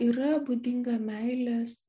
yra būdinga meilės